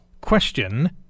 question